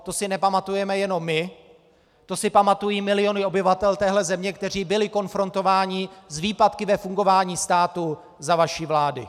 To si nepamatujeme jenom my, to si pamatují miliony obyvatel téhle země, kteří byli konfrontováni s výpadky ve fungování státu za vaší vlády.